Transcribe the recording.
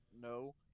no